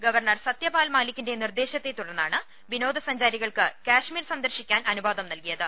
governor Satyapal മാലിക്കിന്റെ നിർദേശത്തെ തുടർന്നാണ് വിനോദ സഞ്ചാരികൾക്ക് കശ്മീർ സന്ദർശിക്കാൻ അനുവാദം നൽകിയത്